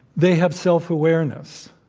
they have self-awareness.